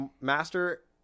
master